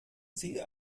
sie